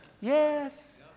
Yes